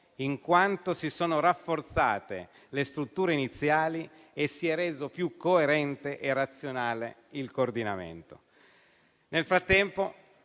in quanto si sono rafforzate le strutture iniziali e si è reso più coerente e razionale il coordinamento. Nel frattempo,